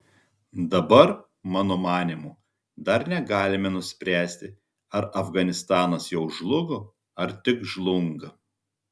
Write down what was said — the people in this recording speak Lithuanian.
dabar mano manymu dar negalime nuspręsti ar afganistanas jau žlugo ar tik žlunga